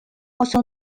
also